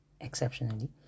exceptionally